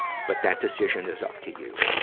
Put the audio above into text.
but that decision is up to you.